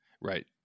Right